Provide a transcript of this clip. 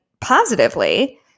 positively